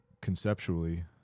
conceptually